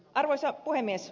arvoisa puhemies